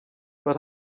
but